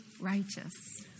righteous